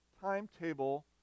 timetable